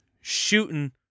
shooting